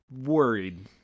worried